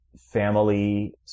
family